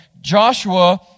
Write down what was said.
Joshua